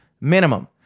minimum